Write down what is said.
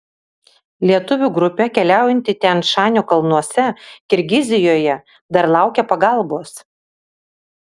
lietuvių grupė keliaujanti tian šanio kalnuose kirgizijoje dar laukia pagalbos